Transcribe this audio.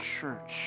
church